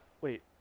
Wait